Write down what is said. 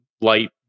light